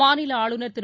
மாநில ஆளுநர் திரு